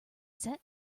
set